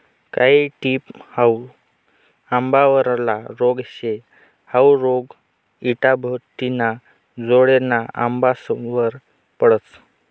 कायी टिप हाउ आंबावरला रोग शे, हाउ रोग इटाभट्टिना जोडेना आंबासवर पडस